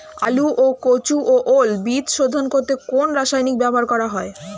আলু ও কচু ও ওল বীজ শোধন করতে কোন রাসায়নিক ব্যবহার করা হয়?